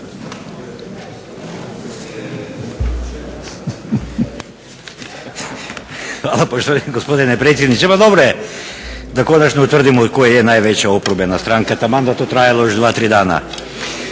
Hvala poštovani gospodine predsjedniče. Pa dobro je da konačno utvrdimo i koja je najveća oporbena stranka taman da to trajalo još 2, 3 dana.